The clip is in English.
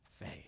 faith